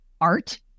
art